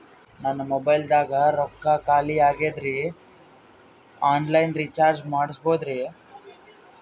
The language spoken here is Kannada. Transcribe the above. ನನ್ನ ಮೊಬೈಲದಾಗ ರೊಕ್ಕ ಖಾಲಿ ಆಗ್ಯದ್ರಿ ಆನ್ ಲೈನ್ ರೀಚಾರ್ಜ್ ಮಾಡಸ್ಬೋದ್ರಿ?